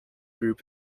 group